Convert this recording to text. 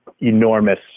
enormous